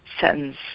sentence